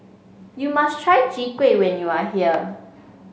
you must try Chwee Kueh when you are here